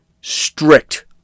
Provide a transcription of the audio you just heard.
strict